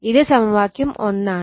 ഇത് സമവാക്യം 1 ആണ്